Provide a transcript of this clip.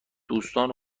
دوستان